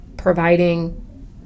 providing